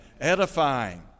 edifying